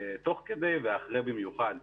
תוך כדי ובמיוחד אחרי.